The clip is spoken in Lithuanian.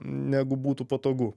negu būtų patogu